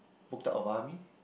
booked out of army